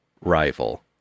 rival